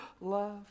love